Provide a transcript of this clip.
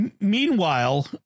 meanwhile